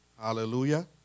Hallelujah